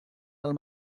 del